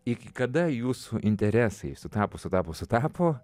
iki kada jūsų interesai sutapo sutapo sutapo